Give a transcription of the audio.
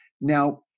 Now